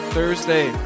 Thursday